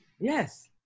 Yes